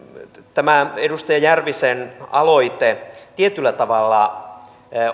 tämä edustaja järvisen aloite tietyllä tavalla